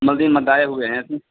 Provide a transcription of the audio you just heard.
मंदिर में आये हुए हैं